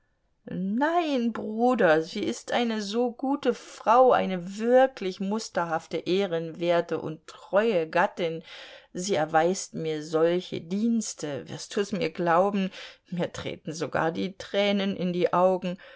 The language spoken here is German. nein bruder sie ist eine so gute frau eine wirklich musterhafte ehrenwerte und treue gattin sie erweist mir solche dienste wirst du's mir glauben mir treten sogar tränen in die augen